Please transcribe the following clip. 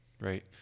Right